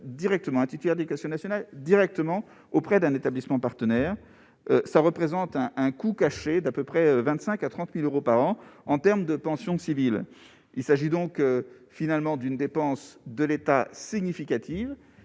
titulaire des questions nationales directement auprès d'un établissement partenaire, ça représente un coût caché d'à peu près 25 à 30000 euros par an en terme de pensions civiles, il s'agit donc finalement d'une dépense de l'État significative